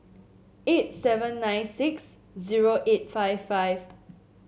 eight seven nine six zero eight five five